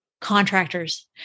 contractors